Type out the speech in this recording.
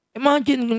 Imagine